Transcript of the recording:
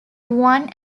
one